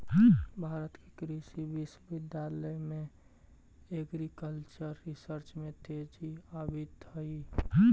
भारत के कृषि विश्वविद्यालय में एग्रीकल्चरल रिसर्च में तेजी आवित हइ